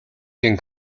can